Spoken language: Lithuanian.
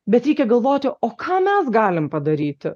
bet reikia galvoti o ką mes galim padaryti